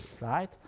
right